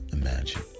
imagine